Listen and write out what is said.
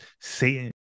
Satan